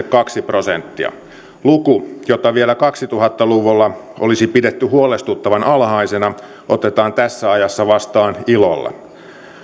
kaksi prosenttia luku jota vielä kaksituhatta luvulla olisi pidetty huolestuttavan alhaisena otetaan tässä ajassa vastaan ilolla